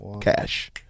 cash